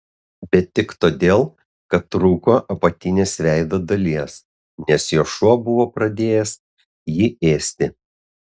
bet tik todėl kad trūko apatinės veido dalies nes jo šuo buvo pradėjęs jį ėsti